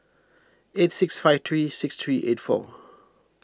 eight six five three six three eight four